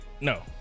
No